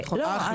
אחלה.